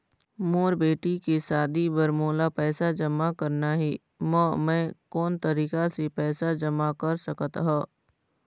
मोर बेटी के शादी बर मोला पैसा जमा करना हे, म मैं कोन तरीका से पैसा जमा कर सकत ह?